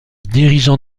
dirigeant